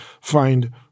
find